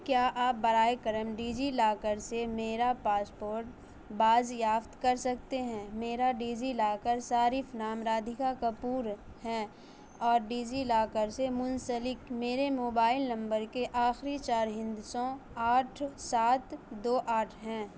کیا آپ براہ کرم ڈیجی لاکر سے میرا پاسپورٹ بازیافت کر سکتے ہیں میرا ڈیجی لاکر صارف نام رادکھا کپور ہے اور ڈیجی لاکر سے منسلک میرے موبائل نمبر کے آخری چار ہندسوں آٹھ سات دو آٹھ ہیں